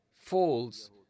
falls